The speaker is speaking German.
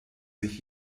sich